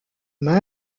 main